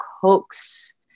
coax